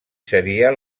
seria